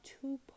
two